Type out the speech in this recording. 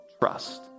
trust